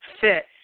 fit